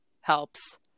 helps